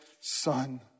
Son